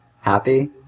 Happy